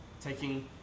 taking